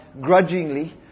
grudgingly